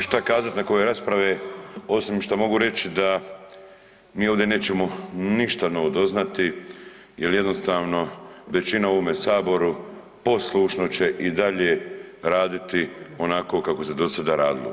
Šta kazati nakon ove rasprave osim što mogu reći da mi ovde nećemo ništa novo doznati jer jednostavno većina u ovome Saboru poslušno će i dalje raditi onako kako se do sada radilo.